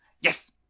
Yes